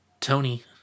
Tony